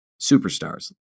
superstars